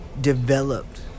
developed